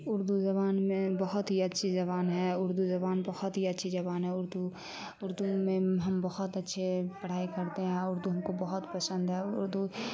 اردو زبان میں بہت ہی اچھی زبان ہے اردو زبان بہت ہی اچھی زبان ہے اردو اردو میں ہم بہت اچھے پڑھائی کرتے ہیں اردو ہم کو بہت پشند ہے اردو